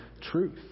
truth